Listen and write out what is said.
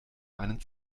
einen